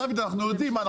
דוד אנחנו יודעים מה ,